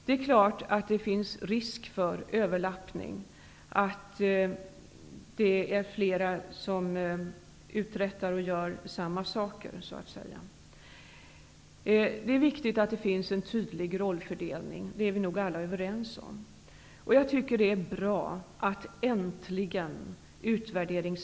Det är klart att det finns en risk för överlappning, dvs. att flera uträttar samma saker. Vi är alla överens om att det är viktigt med en tydlig rollfördelning. Jag tycker att det är bra att utvärderingssekretariatet äntligen skall börja arbeta.